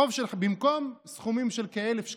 במקום סכומים של כ-1,000 שקלים,